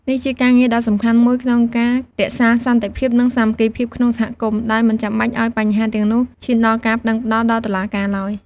នេះជាការងារដ៏សំខាន់មួយក្នុងការរក្សាសន្តិភាព និងសាមគ្គីភាពក្នុងសហគមន៍ ដោយមិនចាំបាច់ឱ្យបញ្ហាទាំងនោះឈានដល់ការប្តឹងប្តល់ដល់តុលាការឡើយ។